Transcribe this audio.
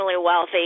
wealthy